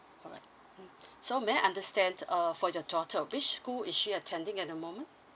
so may I understand uh for your daughter which school is she attending at the moment